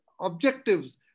objectives